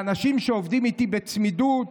לאנשים שעובדים איתי בצמידות,